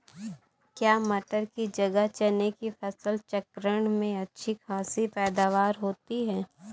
क्या मटर की जगह चने की फसल चक्रण में अच्छी खासी पैदावार होती है?